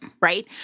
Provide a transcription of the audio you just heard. right